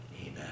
amen